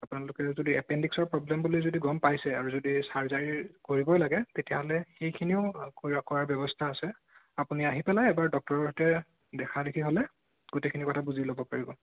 আপোনালোকে যদি এপেণ্ডিক্সৰ প্ৰ'ব্লেম বুলি যদি গম পাইছে আৰু যদি চাৰ্জাৰী কৰিবই লাগে তেতিয়াহ'লে সেইখিনিও ক'ৰা কৰাৰ ব্যৱস্থা আছে আপুনি আহি পেলাই এবাৰ ডক্টৰৰ সৈতে দেখা দেখি হ'লে গোটেইখিনি কথা বুজি ল'ব পাৰিব